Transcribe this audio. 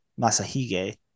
masahige